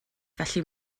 felly